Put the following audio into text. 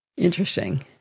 Interesting